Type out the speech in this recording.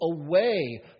away